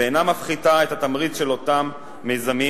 ואינה מפחיתה את התמריץ של אותם מיזמים